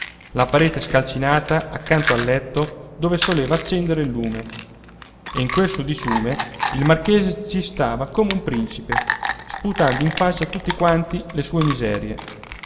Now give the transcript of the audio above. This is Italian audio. la parete scalcinata accanto al letto dove soleva accendere il lume e in quel sudiciume il marchese ci stava come un principe sputando in faccia a tutti quanti le sue miserie